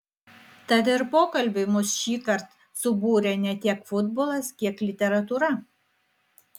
tad ir pokalbiui mus šįkart subūrė ne tiek futbolas kiek literatūra